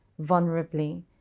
vulnerably